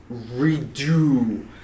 redo